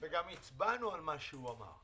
וגם הצבענו על מה שהוא אמר.